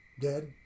dead